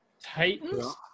Titans